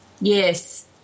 Yes